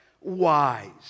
wise